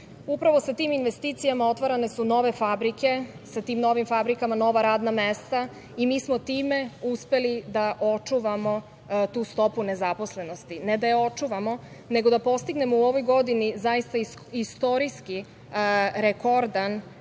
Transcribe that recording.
Upravo sa tim investicijama otvarane su nove fabrike, sa tim novim fabrikama nova radna mesta i mi smo time uspeli da očuvamo tu stopu nezaposlenosti. Ne da je očuvamo, nego da postignemo u ovoj godini zaista istorijski rekordan,